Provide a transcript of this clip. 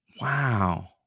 Wow